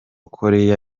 korea